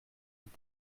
vous